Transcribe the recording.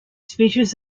speeches